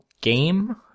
game